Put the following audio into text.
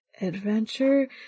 adventure